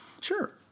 Sure